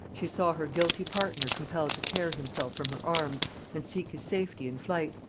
she saw her guilty partner compelled to tear himself from her arms and seek his safety in flight,